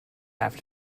have